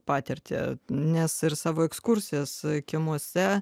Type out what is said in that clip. patirtį nes ir savo ekskursijas kiemuose